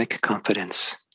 confidence